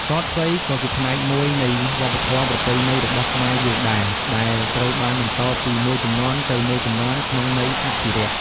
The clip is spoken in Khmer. ទាត់សីក៏ជាផ្នែកមួយនៃ វប្បធម៌ប្រពៃណី របស់ខ្មែរយើងដែរ ដែលត្រូវបានបន្តពីមួយជំនាន់ទៅមួយជំនាន់ ក្នុងន័យអភិរក្ស។